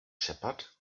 shepherd